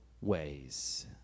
ways